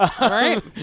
Right